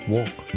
Walk